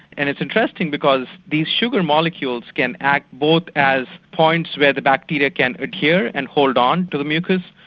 and it's interesting because these sugar molecules can act both as points where the bacteria can adhere and hold on to the mucus,